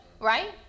right